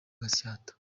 gatsata